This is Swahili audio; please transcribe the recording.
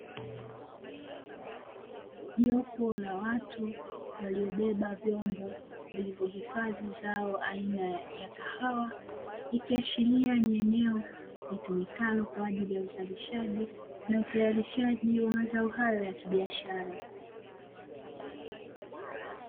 Jopo la watu waliobeba vyombo vilivyo hifadhi zao aina ya kahawa, ikiashiria ni eneo litumikalo kwa ajili ya uzalishaji na utayarishaji wa mazao hayo ya kibiashara.